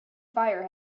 fire